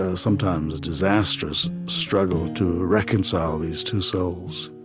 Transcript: ah sometimes disastrous struggle to reconcile these two souls